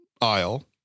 aisle